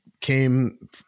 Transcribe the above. came